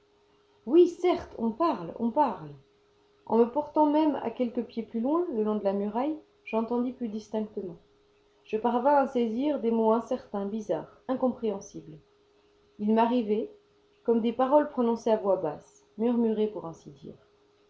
oui certes on parle on parle en me portant même à quelques pieds plus loin le long de la muraille j'entendis plus distinctement je parvins à saisir des mots incertains bizarres incompréhensibles ils m'arrivaient comme des paroles prononcées à voix basse murmurées pour ainsi dire